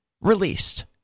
released